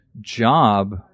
job